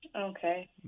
Okay